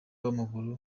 w’amaguru